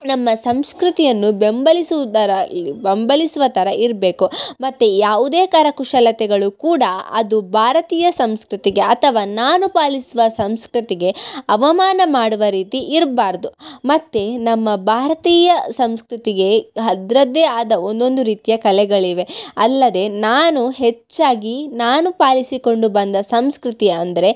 ನಮ್ಮ ಸಂಸ್ಕೃತಿಯನ್ನು ಬೆಂಬಲಿಸುವುದರ ಈ ಬೆಂಬಲಿಸುವ ಥರ ಇರಬೇಕು ಮತ್ತು ಯಾವುದೇ ಕರಕುಶಲತೆಗಳು ಕೂಡ ಅದು ಭಾರತೀಯ ಸಂಸ್ಕೃತಿಗೆ ಅಥವಾ ನಾನು ಪಾಲಿಸುವ ಸಂಸ್ಕೃತಿಗೆ ಅವಮಾನ ಮಾಡುವ ರೀತಿ ಇರಬಾರ್ದು ಮತ್ತು ನಮ್ಮ ಭಾರತೀಯ ಸಂಸ್ಕೃತಿಗೆ ಅದ್ರದ್ದೆ ಆದ ಒಂದೊಂದು ರೀತಿಯ ಕಲೆಗಳಿವೆ ಅಲ್ಲದೆ ನಾನು ಹೆಚ್ಚಾಗಿ ನಾನು ಪಾಲಿಸಿಕೊಂಡು ಬಂದ ಸಂಸ್ಕೃತಿ ಅಂದರೆ